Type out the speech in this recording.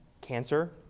cancer